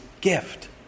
gift